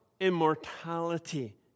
immortality